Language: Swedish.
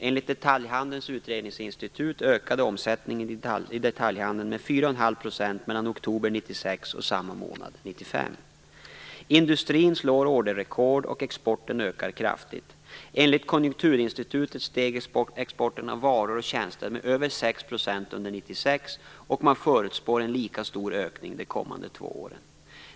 Enligt handelns utredningsinstitut ökade omsättningen i detaljhandeln med 4,5 % mellan oktober 1996 och samma månad Industrin slår orderrekord, och exporten ökar kraftigt. Enligt Konjunkturinstitutet steg exporten av varor och tjänster med över 6 % under 1996, och man förutspår en lika stor ökning de kommande två åren.